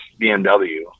BMW